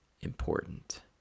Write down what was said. important